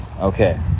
Okay